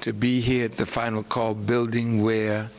to be here at the final call building where